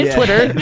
Twitter